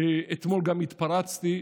אתמול גם התפרצתי,